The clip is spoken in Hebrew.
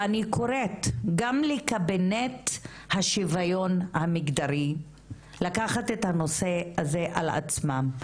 ואני קוראת גם לקבינט השוויון המגדרי לקחת את הנושא הזה על עצמם,